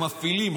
הם מפעילים.